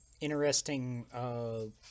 interesting